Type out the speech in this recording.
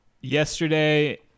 yesterday